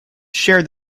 share